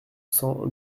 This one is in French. cents